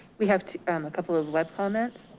we have to a couple of web comments.